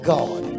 God